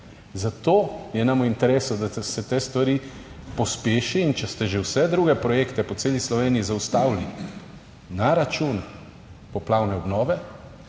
Zato je nam v interesu, da se te stvari pospeši In če ste že vse druge projekte po celi Sloveniji zaustavili na račun poplavne obnove,